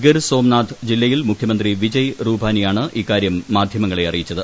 ഗിർ സോംനാഥ് ജില്ലയിൽ മുഖ്യമന്ത്രി വിജയ് റുപാനിയാണ് ഇക്കാര്യം മാധ്യമങ്ങളെ അറ്റിയിച്ചത്